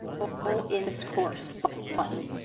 enroll in this course button.